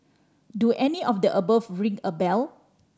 do any of the above ring a bell